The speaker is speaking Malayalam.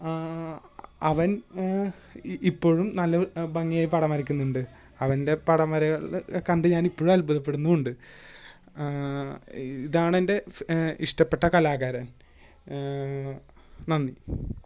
അവന് ഇപ്പഴും നല്ല ഭംഗിയായി പടം വരക്കുന്നുണ്ട് അവന്റെ പടം വരകൾ കണ്ട് ഞാന് ഇപ്പൊഴും അത്ഭുതപ്പെടുന്നുവുണ്ട് ഇതാണെന്റെ സ് ഇഷ്ട്ടപ്പെട്ട കലാകാരന് നന്നി